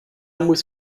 muss